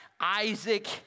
Isaac